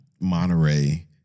Monterey